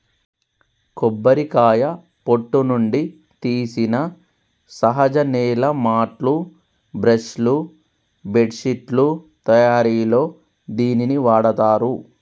కొబ్బరికాయ పొట్టు నుండి తీసిన సహజ నేల మాట్లు, బ్రష్ లు, బెడ్శిట్లు తయారిలో దీనిని వాడతారు